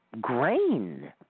grain